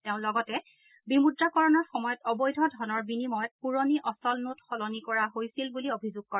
তেওঁ লগতে বিমুদ্ৰাকৰণৰ সময়ত অবৈধ ধনৰ বিনিময়ত পুৰণি অচল নোট সলনি কৰা হৈছিল বুলি অভিযোগ কৰে